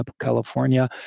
California